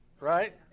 Right